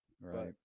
right